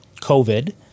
COVID